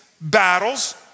battles